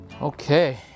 Okay